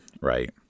right